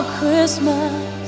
Christmas